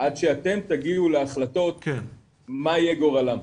עד שאתם תגיעו להחלטות מה יהיה גורלן.